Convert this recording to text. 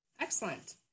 Excellent